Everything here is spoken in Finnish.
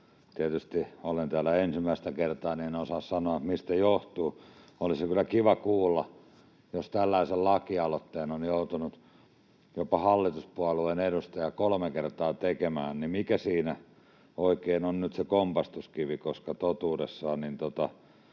Tietysti olen täällä ensimmäistä kertaa, niin että en osaa sanoa, mistä se johtuu. Olisi kyllä kiva kuulla, että jos tällaisen lakialoitteen on joutunut jopa hallituspuolueen edustaja kolme kertaa tekemään, niin mikä siinä oikein on nyt se kompastuskivi. Totuudessaan